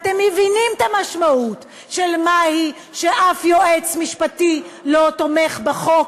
אתם מבינים את המשמעות של זה שאף יועץ משפטי לא תומך בחוק,